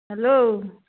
hello